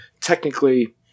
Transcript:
technically